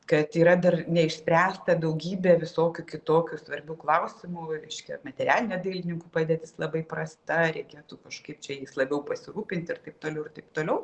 kad yra dar neišspręsta daugybė visokių kitokių svarbių klausimų reiškia materialinė dailininkų padėtis labai prasta reikėtų kažkaip čia labiau pasirūpinti ir taip toliau ir taip toliau